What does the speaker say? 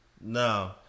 No